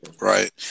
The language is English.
Right